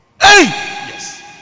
yes